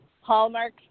Hallmark